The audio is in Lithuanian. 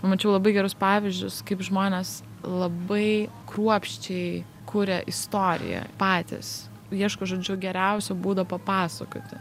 pamačiau labai gerus pavyzdžius kaip žmonės labai kruopščiai kuria istoriją patys ieško žodžiu geriausio būdo papasakoti